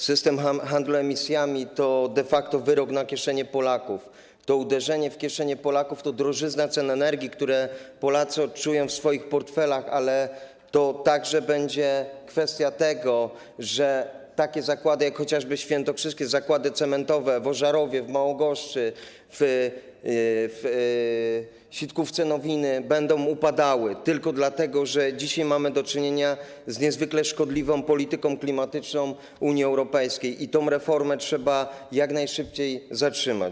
System handlu emisjami to de facto wyrok na kieszenie Polaków, to uderzenie w kieszenie Polaków, to drożyzna, jeżeli chodzi o ceny energii, które Polacy odczują w swoich portfelach, ale to także będzie kwestia tego, że takie zakłady jak chociażby świętokrzyskie zakłady cementowe w Ożarowie, w Małogoszczy, w Sitkówce-Nowinach będą upadały tylko dlatego, że dzisiaj mamy do czynienia z niezwykle szkodliwą polityką klimatyczną Unii Europejskiej i tę reformę trzeba jak najszybciej zatrzymać.